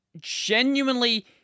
genuinely